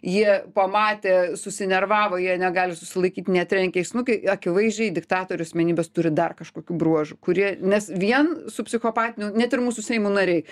jie pamatė susinervavo jie negali susilaikyti netrenkę į snukį akivaizdžiai diktatorių asmenybės turi dar kažkokių bruožų kurie nes vien su psichopatiniu net ir mūsų seimo nariai